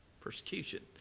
Persecution